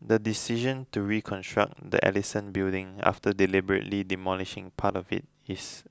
the decision to reconstruct the Ellison Building after deliberately demolishing part of it is